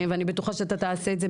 ואני בטוחה שאתה תעשה את זה,